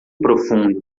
profundo